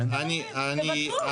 זה מה שאתם אומרים.